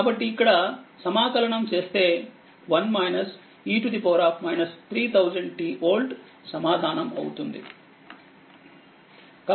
కాబట్టి ఇక్కడ సమాకలనం చేస్తే 1 e 3000tవోల్ట్ సమాధానం అవుతుంది